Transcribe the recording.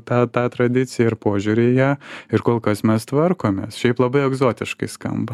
tą tą tradicija ir požiūryje ir kol kas mes tvarkomės šiaip labai egzotiškai skamba